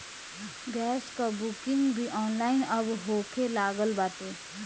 gas कअ booking भी online अब होखे लागल बाटे